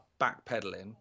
backpedaling